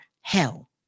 hell